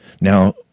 Now